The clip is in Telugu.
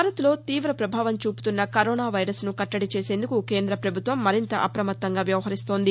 భారత్లో తీవ పభావం చూపుతున్న కరోనా వైరస్ను కట్టడి చేసేందుకు కేంద పభుత్వం మరింత అప్రమత్తంగా వ్యవహరిస్తోంది